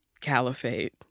Caliphate